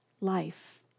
Life